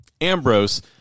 Ambrose